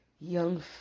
Young